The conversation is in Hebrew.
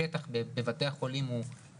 וקצת להכיר את השטח בבתי החולים ובקופות.